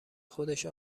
خودش